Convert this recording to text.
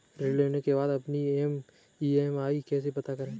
ऋण लेने के बाद अपनी ई.एम.आई कैसे पता करें?